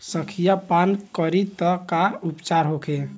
संखिया पान करी त का उपचार होखे?